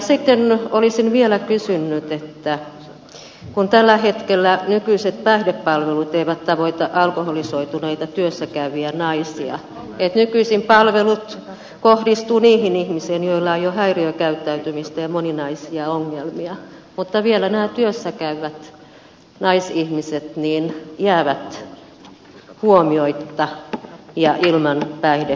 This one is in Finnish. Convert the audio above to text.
sitten olisin vielä kysynyt kun tällä hetkellä nykyiset päihdepalvelut eivät tavoita alkoholisoituneita työssäkäyviä naisia palvelut kohdistuvat nykyisin niihin ihmisiin joilla jo on häiriökäyttäytymistä ja moninaisia ongelmia mutta vielä nämä työssäkäyvät naisihmiset jäävät huomiotta ja ilman päihdekuntoutusta